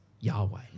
Yahweh